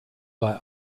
bei